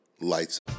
Lights